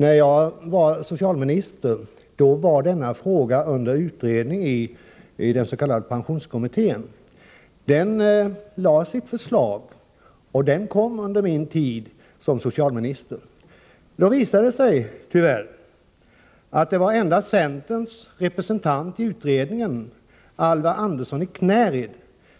När jag var socialminister var denna fråga under utredning i den s.k. pensionskommittén. Den lade fram sitt förslag under min tid som socialminister. Det visade sig då, tyvärr, att det endast var centerns representant i utredningen, Alvar Andersson i Knäred,